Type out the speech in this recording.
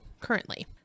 currently